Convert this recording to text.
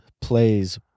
plays